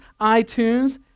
iTunes